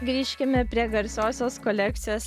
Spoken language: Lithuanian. grįžkime prie garsiosios kolekcijos